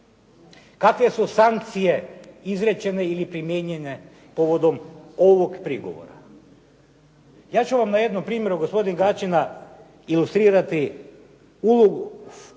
Kakve su sankcije izrečene ili primijenjene povodom ovog prigovora? Ja ću vam na jednom primjeru, gospodin Gaćina ilustrirati